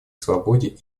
свободе